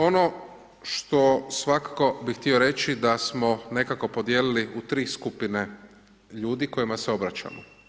Ono što svakako bi htio reći da smo nekako podijelili u tri skupine ljudi kojima se obraćamo.